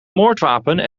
moordwapen